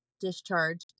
discharge